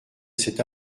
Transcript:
cet